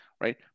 right